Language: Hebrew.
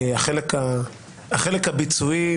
החלק הביצועי,